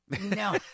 no